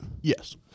Yes